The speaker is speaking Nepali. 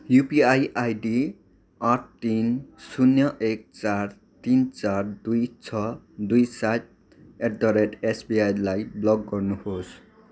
युपिआई आइडी आठ तिन शून्य एक चार तिन चार दुई छ दुई सात एट द रेट एसबिआईलाई ब्लक गर्नुहोस्